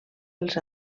els